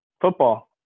Football